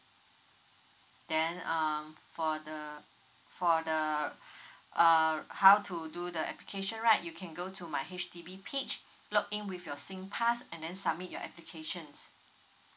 then um for the for the uh how to do the application right you can go to my H_D_B page login with your singpass and then submit your applications